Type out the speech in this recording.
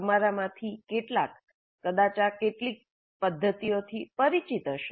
તમારામાંથી કેટલાક કદાચ આ કેટલીક પદ્ધતિઓથી પરિચિત હશે